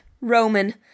Roman